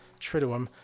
Triduum